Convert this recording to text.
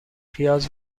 پیاز